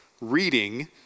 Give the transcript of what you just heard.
reading